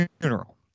funeral